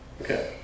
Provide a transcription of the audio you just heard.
Okay